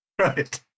Right